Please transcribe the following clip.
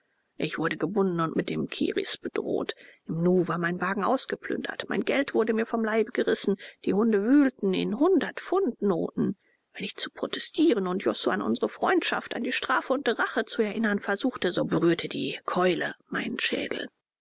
ich wurde gebunden und mit den kirris bedroht im nu war mein wagen ausgeplündert mein geld wurde mir vom leibe gerissen die hunde wühlten in hundertpfundnoten wenn ich zu protestieren und josua an unsre freundschaft an die strafe und rache zu erinnern versuchte so berührte die keule meinen schädel